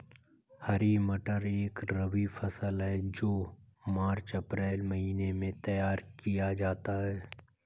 हरी मटर एक रबी फसल है जो मार्च अप्रैल महिने में तैयार किया जाता है